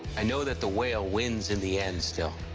i know that the whale wins in the end, still.